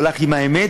הוא הלך עם האמת,